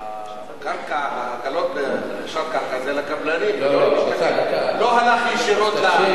ההקלות בקרקע, זה לא הלך ישירות למשתכן אלא לקבלן.